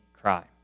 crime